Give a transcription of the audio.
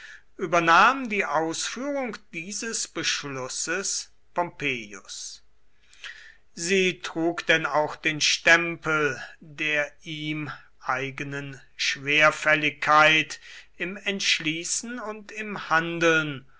übernahm die ausführung dieses beschlusses pompeius sie trug denn auch den stempel der ihm eigenen schwerfälligkeit im entschließen und im handeln